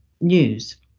news